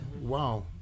Wow